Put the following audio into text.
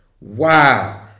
wow